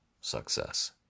success